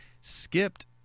skipped